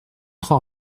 trois